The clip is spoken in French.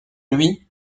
lui